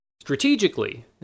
Strategically